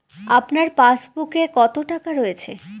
আপনার পাসবুকে কত টাকা রয়েছে?